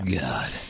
God